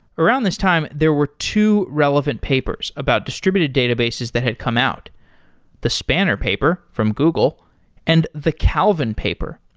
around this time, there were two relevant papers about distributed databases that had come out the spanner paper from google and the calvin paper,